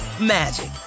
magic